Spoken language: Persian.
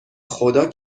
خدا